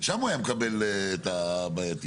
שם הוא היה מקבל את הבעייתיות.